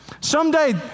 someday